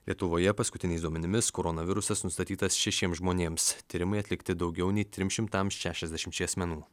lietuvoje paskutiniais duomenimis koronavirusas nustatytas šešiems žmonėms tyrimai atlikti daugiau nei trims šimtams šešiasdešimčiai asmenų